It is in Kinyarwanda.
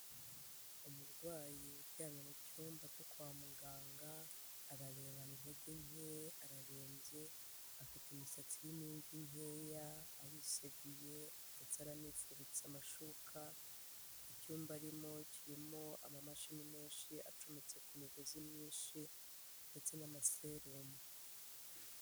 Umurwayi uryamye mu cyumba cyo kwa muganga ararebana intege nke, ararembye afite imisatsi irimo imvi nkeya ariseguye ndetse aranifubitse amashuka, icyumba arimo kirimo amamashini menshi acometse ku migozi myinshi ndetse n'amaserumu.